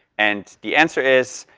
and the answer is,